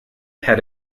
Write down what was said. had